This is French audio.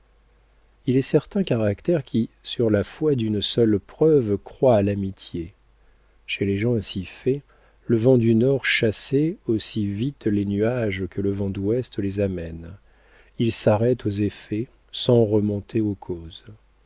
il est certains caractères qui sur la foi d'une seule preuve croient à l'amitié chez les gens ainsi faits le vent du nord chasse aussi vite les nuages que le vent d'ouest les amène ils s'arrêtent aux effets sans remonter aux causes